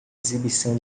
exibição